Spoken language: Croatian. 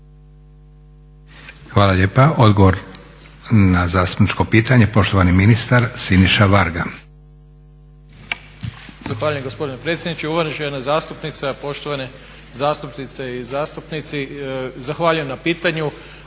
Hvala lijepa. Odgovor na zastupničko pitanje, poštovani ministar Siniša Varga. **Varga, Siniša (SDP)** Zahvaljujem gospodine predsjedniče. Uvažena zastupnice, poštovane zastupnice i zastupnici. Zahvaljujem na pitanju.